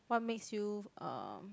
what makes you um